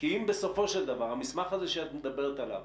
כי אם בסופו של דבר המסמך הזה שאת מדברת עליו